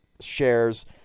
shares